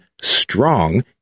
strong